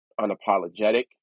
Unapologetic